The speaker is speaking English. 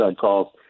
calls